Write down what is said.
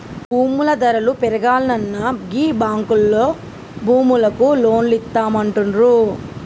భూముల ధరలు పెరుగాల్ననా గీ బాంకులోల్లు భూములకు లోన్లిత్తమంటుండ్రు